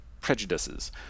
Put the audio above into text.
prejudices